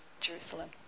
Jerusalem